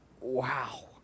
wow